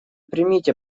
примите